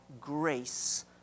grace